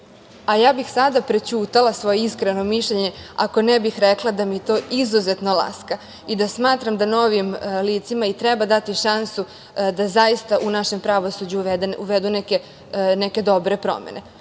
Ja bih sada prećutala svoje iskreno mišljenje ako ne bih rekla da mi to izuzetno laska i da smatram da novim licima i treba dati šansu da zaista u našem pravosuđu uvedu neke dobre promene,